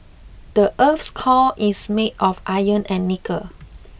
the earth's core is made of iron and nickel